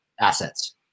Assets